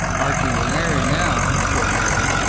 archie will marry now, said harry.